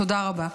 תודה רבה.